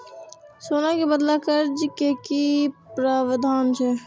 सोना के बदला कर्ज के कि प्रावधान छै?